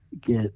get